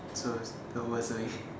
so it's the worst way